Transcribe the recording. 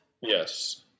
Yes